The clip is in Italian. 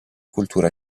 cultura